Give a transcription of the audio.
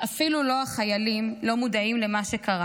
אפילו החיילים, לא מודעים למה שקרה.